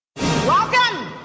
Welcome